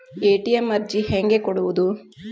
ATM ಅರ್ಜಿ ಹೆಂಗೆ ಕೊಡುವುದು?